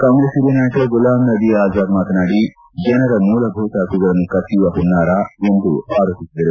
ಕಾಂಗ್ರೆಸ್ ಹಿರಿಯ ನಾಯಕ ಗುಲಾಮ್ ನಭೀ ಆಜಾದ್ ಮಾತನಾಡಿ ಜನರ ಮೂಲಭೂತ ಹಕ್ಕುಗಳನ್ನು ಕಸಿಯುವ ಹುನ್ನಾರ ಎಂದು ಆರೋಪಿಸಿದರು